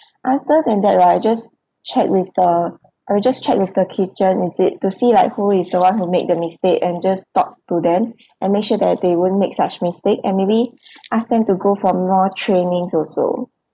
other than that right I'll just check with the I'll just check with the kitchen is it to see like who is the one who made the mistake and just talk to them and make sure that they won't make such mistake and maybe ask them to go for more trainings also